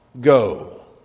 go